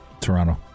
Toronto